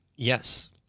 Yes